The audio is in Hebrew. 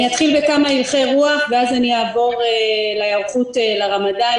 אני אתחיל בכמה הלכי רוח ואחר כך אעבור להיערכות לרמדאן,